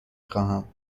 خواهم